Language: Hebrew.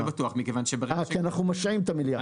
אה, כי אנחנו משעים את המליאה.